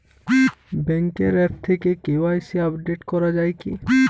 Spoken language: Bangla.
ব্যাঙ্কের আ্যপ থেকে কে.ওয়াই.সি আপডেট করা যায় কি?